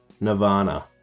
Nirvana